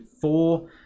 four